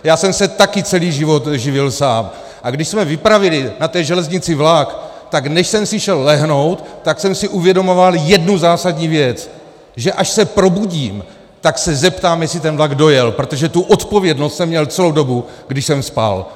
Já jsem se také celý život živil sám, a když jsme vypravili na té železnici vlak, tak než jsem si šel lehnout, tak jsem si uvědomoval jednu zásadní věc, že až se probudím, tak se zeptám, jestli ten vlak dojel, protože tu odpovědnost jsem měl celou dobu, když jsem spal.